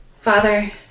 Father